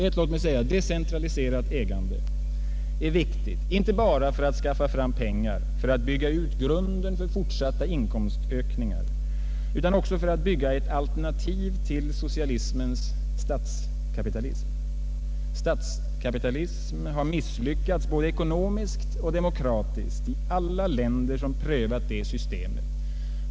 Ett decentraliserat ägande är viktigt inte bara för att skaffa fram pengar för att bygga ut grunden för fortsatta inkomstökningar utan också för att bygga ett alternativ till socialismens statskapitalism. Statskapitalismen har misslyckats.både ekonomiskt och demokratiskt i alla länder som prövat det systemet.